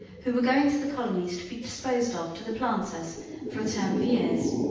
who were going to the colonies to be disposed of to the planters for a term of years.